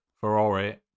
Ferrari